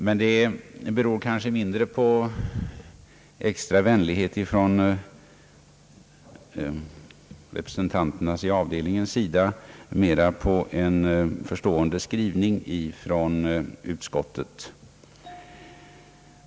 Men det beror kanske mindre på extra vänlighet ifrån representanterna i avdelningen och mera på en förstående skrivning ifrån utskottet.